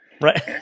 Right